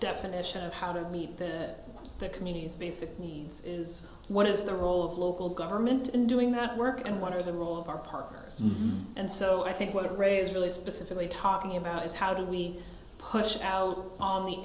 definition of how to meet their communities basic needs is what is the role of local government in doing that work and what are the role of our park and so i think what raise really specifically talking about is how do we push out on the